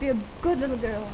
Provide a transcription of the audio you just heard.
be a good little girl